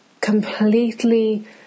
completely